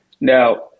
now